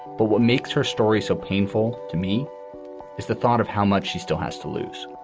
but what makes her story so painful to me is the thought of how much she still has to lose